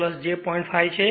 5 છે